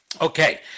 Okay